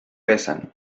pesan